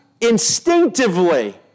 instinctively